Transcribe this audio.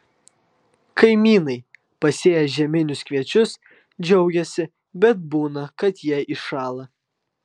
kaimynai pasėję žieminius kviečius džiaugiasi bet būna kad jie iššąla